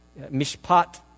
mishpat